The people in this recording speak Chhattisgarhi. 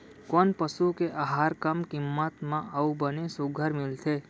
कोन पसु के आहार कम किम्मत म अऊ बने सुघ्घर मिलथे?